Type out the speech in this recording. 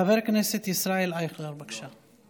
חבר הכנסת מאיר כהן, בבקשה.